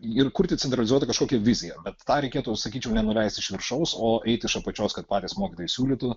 ir kurti centralizuotą kažkokią viziją bet tą reikėtų sakyčiau nenuleisti iš viršaus o eiti iš apačios kad patys mokytojai siūlytų